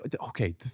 Okay